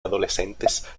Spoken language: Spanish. adolescentes